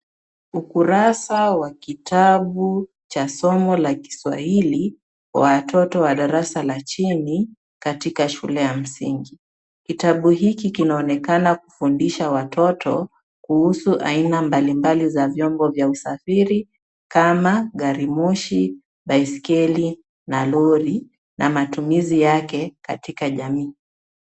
Ukurasa wa kitabu cha somo la kiswahili watoto wa darasa la chini katika shule ya msingi. Kitabu hiki kinaonekana kufundisha watoto kuhusu aina mbalimbali vya vyombo vya usafiri kama garimoshi, baiskeli na lori na matumizi yake katika jamii.